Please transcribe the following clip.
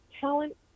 talent